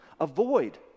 Avoid